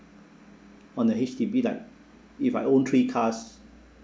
on a H_D_B like if I own three cars